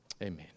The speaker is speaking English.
Amen